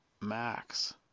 Max